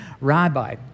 Rabbi